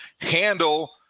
handle